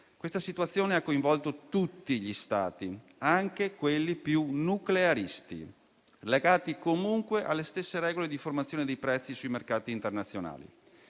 Questa situazione ha coinvolto tutti gli Stati, anche quelli più nuclearisti, legati comunque alle stesse regole di formazione dei prezzi sui mercati internazionali.